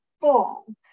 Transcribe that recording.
full